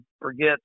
forget